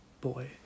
boy